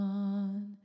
on